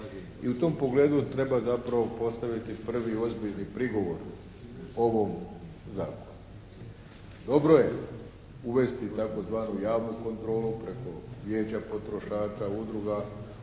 I u tom pogledu treba zapravo postaviti prvi ozbiljni prigovor ovom zakonu. Dobro je uvesti tzv. javnu kontrolu preko Vijeća potrošača, Saveza